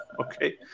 okay